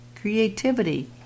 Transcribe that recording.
creativity